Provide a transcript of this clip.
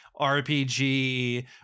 RPG